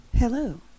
Hello